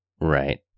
Right